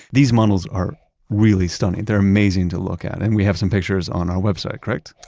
these models are really stunning, they're amazing to look at and we have some pictures on our website, correct?